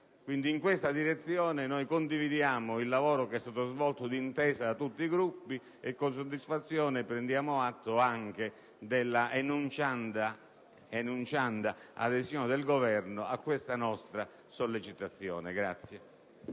In questa direzione condividiamo il lavoro che è stato svolto d'intesa da tutti i Gruppi e con soddisfazione prendiamo atto anche della enuncianda adesione del Governo alla nostra sollecitazione.